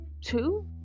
two